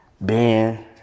Ben